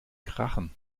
krachen